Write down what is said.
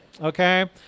okay